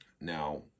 Now